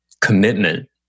commitment